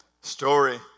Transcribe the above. Story